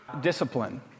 discipline